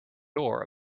door